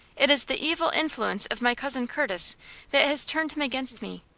it is the evil influence of my cousin curtis that has turned him against me.